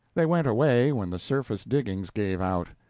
they went away when the surface diggings gave out.